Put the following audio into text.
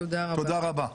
תודה רבה.